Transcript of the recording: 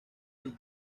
lee